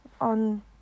on